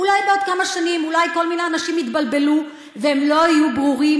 אולי בעוד כמה שנים אולי כל מיני אנשים יתבלבלו והם לא יהיו ברורים,